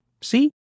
See